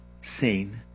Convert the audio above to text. seen